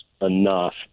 enough